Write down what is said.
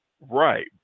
Right